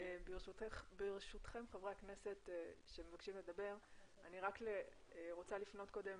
ברשותכם חברי הכנסת שמבקשים לדבר, אני